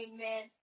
Amen